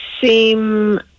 seem